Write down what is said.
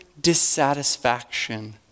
dissatisfaction